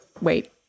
wait